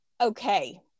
okay